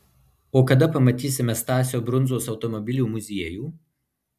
o kada pamatysime stasio brundzos automobilių muziejų